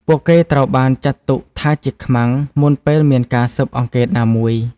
ពួកគេត្រូវបានចាត់ទុកថាជា ខ្មាំង មុនពេលមានការស៊ើបអង្កេតណាមួយ។